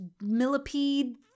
millipede